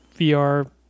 VR